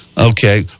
Okay